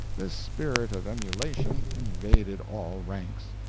this spirit of emulation invaded all ranks.